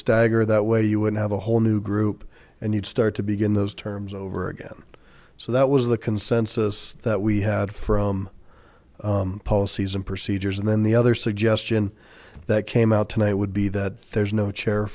stagger that way you would have a whole new group and you'd start to begin those terms over again so that was the consensus that we had from policies and procedures and then the other suggestion that came out tonight would be that there's no chair